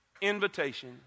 invitation